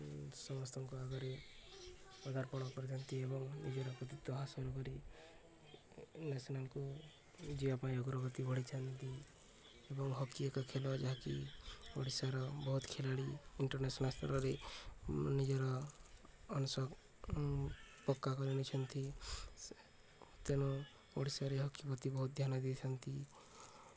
ସମସ୍ତଙ୍କ ଆଗରେ ପଦାର୍ପଣ କରିଥାନ୍ତି ଏବଂ ନିଜର କୃତିତ୍ୱ ହାସଲ କରି ନ୍ୟାସନାଲ୍କୁ ଯିବା ପାଇଁ ଅଗ୍ରଗତି ବଢ଼ିଥାନ୍ତି ଏବଂ ହକି ଏକ ଖେଳ ଯାହାକି ଓଡ଼ିଶାର ବହୁତ ଖେଳାଳି ଇଣ୍ଟରନ୍ୟାସନାଲ୍ ସ୍ତରରେ ନିଜର ଅଂଶ ପକ୍କା କରିଛନ୍ତି ତେଣୁ ଓଡ଼ିଶାରେ ହକି ପ୍ରତି ବହୁତ ଧ୍ୟାନ ଦେଇଥାନ୍ତି